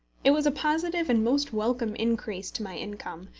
it was a positive and most welcome increase to my income,